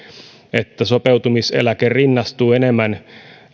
että sopeutumiseläke rinnastuu enemmän